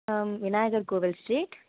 ஆ Vinayagar Kovil street